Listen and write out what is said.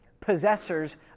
possessors